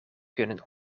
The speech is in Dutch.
kunnen